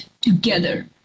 together